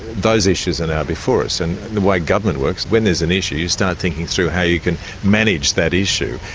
those issues and are now before us. and the way government works, when there's an issue you start thinking through how you can manage that issue.